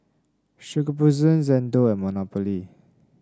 Shokubutsu Xndo and Monopoly